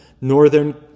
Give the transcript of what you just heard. northern